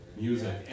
music